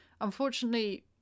Unfortunately